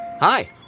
Hi